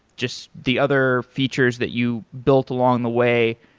just the other features that you built along the way.